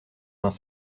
vingt